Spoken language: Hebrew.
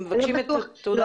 הם מבקשים את תעודת הזהות שלהם.